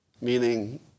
meaning